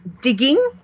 digging